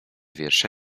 wiersze